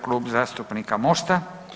Klub zastupnika Mosta.